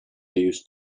news